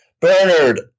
Bernard